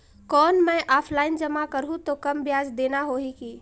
कौन मैं ऑफलाइन जमा करहूं तो कम ब्याज देना होही की?